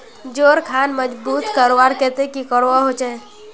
जोड़ खान मजबूत करवार केते की करवा होचए?